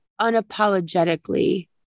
unapologetically